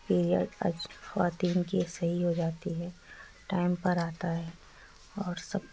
period خواتین کی صحیح ہو جاتی ہے ٹائم پر آتا ہے اور سب